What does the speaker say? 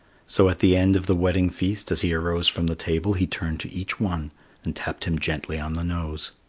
so at the end of the wedding feast, as he arose from the table he turned to each one and tapped him gently on the nose.